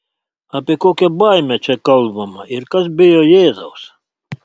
apie kokią baimę čia kalbama ir kas bijo jėzaus